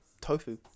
tofu